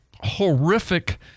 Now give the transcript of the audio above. horrific